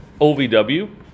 OVW